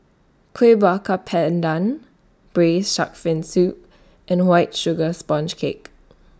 Kueh Bakar Pandan Braised Shark Fin Soup and White Sugar Sponge Cake